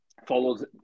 follows